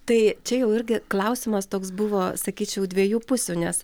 tai čia jau irgi klausimas toks buvo sakyčiau dviejų pusių nes